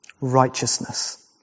Righteousness